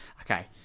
Okay